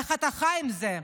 איך אתה חי עם זה?